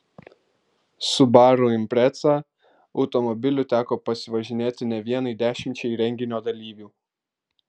subaru impreza automobiliu teko pasivažinėti ne vienai dešimčiai renginio dalyvių